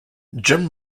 jim